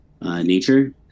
nature